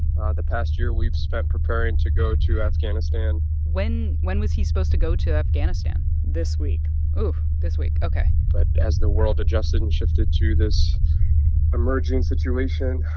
ah the past year we've spent preparing to go to afghanistan when when was he supposed to go to afghanistan? this week ooh, this week. ok but as the world adjusted and shifted to this emerging situation,